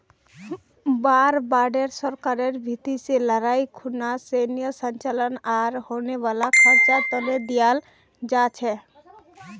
war bond सरकारेर भीति से लडाईर खुना सैनेय संचालन आर होने वाला खर्चा तने दियाल जा छे